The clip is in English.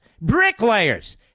bricklayers